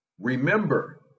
Remember